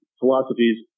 philosophies